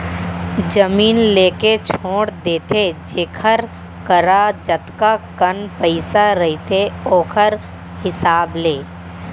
जमीन लेके छोड़ देथे जेखर करा जतका कन पइसा रहिथे ओखर हिसाब ले